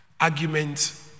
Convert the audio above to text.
argument